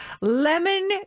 Lemon